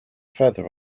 feather